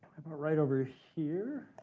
about right over ah here.